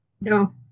No